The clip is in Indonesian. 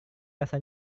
rasa